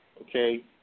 Okay